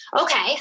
Okay